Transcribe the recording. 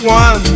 one